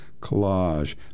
collage